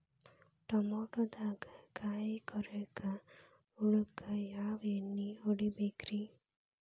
ಟಮಾಟೊದಾಗ ಕಾಯಿಕೊರಕ ಹುಳಕ್ಕ ಯಾವ ಎಣ್ಣಿ ಹೊಡಿಬೇಕ್ರೇ?